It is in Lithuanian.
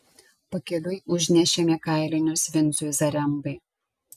pakeliui užnešėme kailinius vincui zarembai